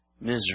misery